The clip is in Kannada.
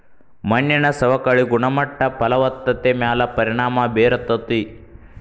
ಮಣ್ಣಿನ ಸವಕಳಿ ಗುಣಮಟ್ಟ ಫಲವತ್ತತೆ ಮ್ಯಾಲ ಪರಿಣಾಮಾ ಬೇರತತಿ